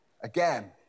again